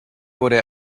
wurde